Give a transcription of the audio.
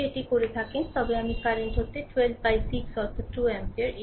যদি এটি করে থাকেন তবে আমি কারেন্ট হতে 12 বাই 6 অর্থাৎ 2 অ্যাম্পিয়ার